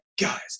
guys